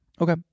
Okay